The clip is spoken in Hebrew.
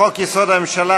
לחוק יסוד: הממשלה